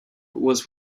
was